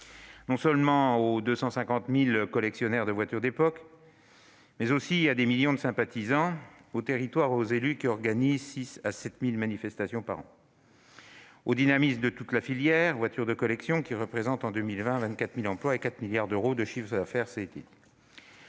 non seulement aux 250 000 collectionneurs de voitures d'époque, mais aussi à des millions de sympathisants, aux territoires et aux élus qui organisent 6 000 à 7 000 manifestations par an, ainsi qu'à toute la filière « voitures de collection » qui représente, en 2020, grâce à son dynamisme, 24 000 emplois et 4 milliards d'euros de chiffre d'affaires.